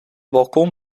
balkon